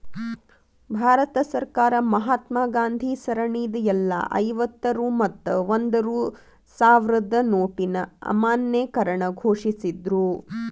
ಭಾರತ ಸರ್ಕಾರ ಮಹಾತ್ಮಾ ಗಾಂಧಿ ಸರಣಿದ್ ಎಲ್ಲಾ ಐವತ್ತ ರೂ ಮತ್ತ ಒಂದ್ ರೂ ಸಾವ್ರದ್ ನೋಟಿನ್ ಅಮಾನ್ಯೇಕರಣ ಘೋಷಿಸಿದ್ರು